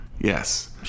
Yes